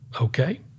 okay